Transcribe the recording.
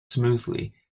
smoothly